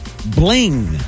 bling